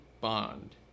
Bond